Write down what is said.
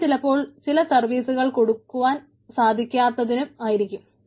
അതു ചിലപ്പോൾ ചില സർവീസുകൾ കൊടുക്കുവാൻ സാധിക്കാത്തിനും ആയിരിക്കാം